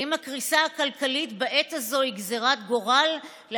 האם הקריסה הכלכלית בעת הזו היא גזרת גורל של